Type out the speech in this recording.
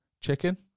chicken